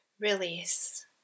release